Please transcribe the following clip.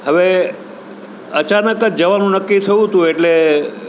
હવે આચનક જ જવાનું નક્કી થયું હતું એટલે